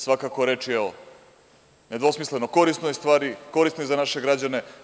Svakako je reč o nedvosmisleno korisnoj stvari, korisnoj za naše građane.